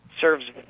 serves